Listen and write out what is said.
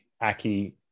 Aki